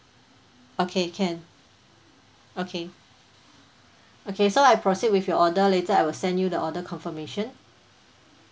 okay can okay okay so I proceed with your order later I will send you the order confirmation